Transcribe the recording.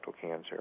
cancer